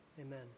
Amen